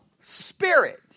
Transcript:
spirit